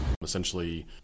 Essentially